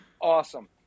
awesome